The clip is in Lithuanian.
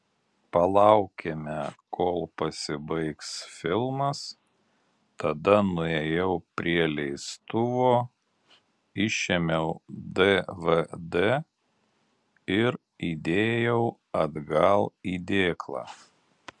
palaukėme kol pasibaigs filmas tada nuėjau prie leistuvo išėmiau dvd ir įdėjau atgal į dėklą